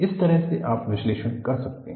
इस तरह से आप विश्लेषण कर सकते हैं